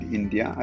India